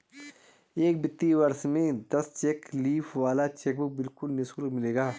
एक वित्तीय वर्ष में दस चेक लीफ वाला चेकबुक बिल्कुल निशुल्क मिलेगा